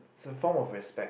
it's a form of respect